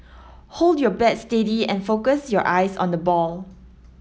hold your bat steady and focus your eyes on the ball